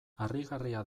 harrigarria